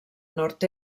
nord